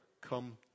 come